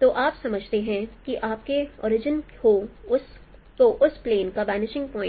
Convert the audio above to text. तो आप समझते हैं कि आपके होरिजोन को उस प्लेन का वनिशिंग